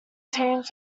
teams